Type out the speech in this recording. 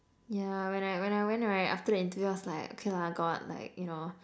yeah when I when I went right after the interview I was like okay lah God like you know